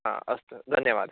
हा अस्तु धन्यवादः